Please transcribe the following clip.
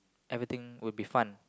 everything would be fun